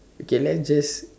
okay let's just